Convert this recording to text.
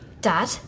Dad